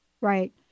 Right